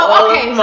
okay